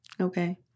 Okay